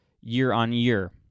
year-on-year